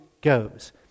goes